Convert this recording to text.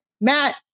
Matt